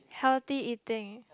healthy eating